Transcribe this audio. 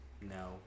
No